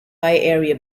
area